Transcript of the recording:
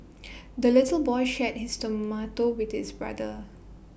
the little boy shared his tomato with his brother